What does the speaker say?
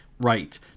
right